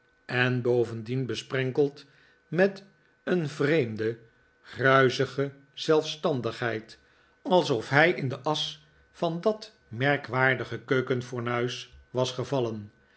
en bovendien besprenkeld met een vreemde gruizige zelfstandigheid alsof hij in de asch van dat merkwaardige keukenfornuis was gevallen